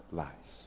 lies